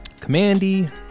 commandy